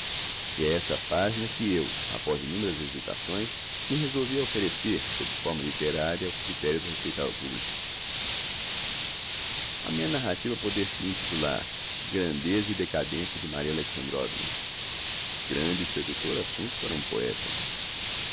é essa pagina que eu após innumeras hesitações me resolvi a offerecer sob forma litteraria ao criterio do respeitavel publico a minha narrativa poder-se-ia intitular grandeza e decadencia de maria alexandrovna grande e seductor assumpto para um poeta